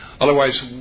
Otherwise